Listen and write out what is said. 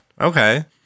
okay